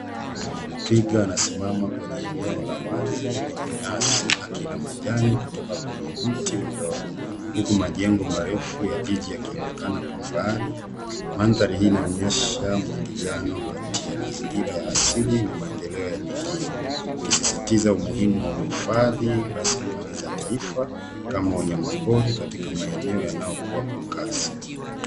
Twiga anasimama kwenye eneo la wazi lenye nyasi akila majani kutoka kwenye mti mdogo, huku majengo marefu ya jiji yakionekana kwa mbali. Mandhari hii inaonyesha mwingiliano kati ya mazingira ya asili na maendeleo ya mijini, ikisisitiza umuhimu wa uhifadhi, rasilimali za taifa kama wanyama pori katika maeneo yanayokua kwa kasi.